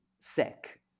Sick